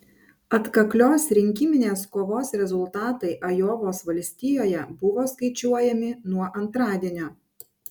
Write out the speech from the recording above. atkaklios rinkiminės kovos rezultatai ajovos valstijoje buvo skaičiuojami nuo antradienio